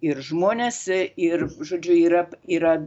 ir žmonės ir žodžiu yra yra